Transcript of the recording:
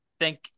Thank